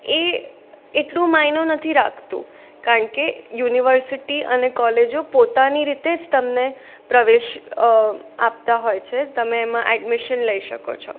એ એટલું માયનો નથી રાખતું કારણ કે યુનિવર્સિટી અને કોલેજો પોતાની રીતે જ તમને પ્રવેશ આપતાં હોય છે તમે એમાં એડમિશન લઈ શકો છો